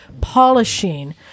polishing